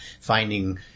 finding